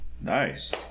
Nice